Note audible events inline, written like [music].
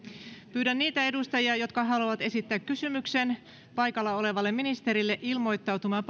pyydän niitä edustajia jotka haluavat esittää kysymyksen paikalla olevalle ministerille ilmoittautumaan [unintelligible]